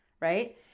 right